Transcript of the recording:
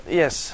yes